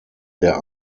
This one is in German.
der